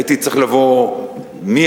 הייתי צריך לבוא מההתחלה,